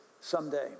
someday